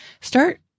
Start